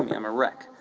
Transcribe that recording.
um m a wreck.